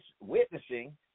witnessing